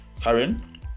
Karen